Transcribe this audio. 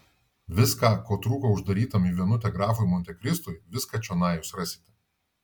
viską ko trūko uždarytam į vienutę grafui montekristui viską čionai jūs rasite